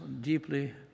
deeply